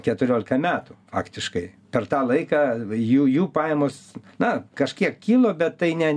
keturiolika metų faktiškai per tą laiką jų jų pajamos na kažkiek kilo bet tai ne